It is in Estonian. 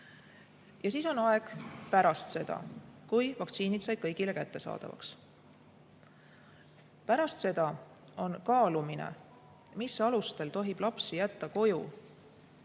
Teiseks on aeg pärast seda, kui vaktsiinid said kõigile kättesaadavaks. Pärast seda on kaalumine, mis alustel tohib lapsi jätta koju,